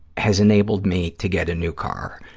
has enabled me to get a new car,